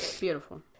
Beautiful